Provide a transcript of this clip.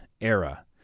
era